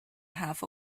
half